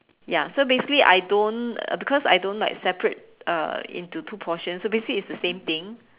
ya so basically I don't uh because I don't like separate uh into two portion so basically it's the same thing